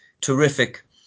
terrific